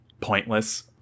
pointless